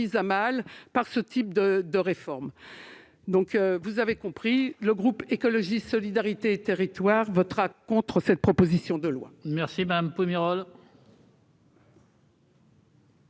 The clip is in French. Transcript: met à mal ce type de réforme. Vous l'aurez compris, le groupe Écologiste - Solidarité et Territoires votera contre cette proposition de loi.